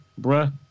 Bruh